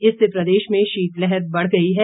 इससे प्रदेश में शीतलहर बढ़ गई है